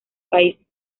país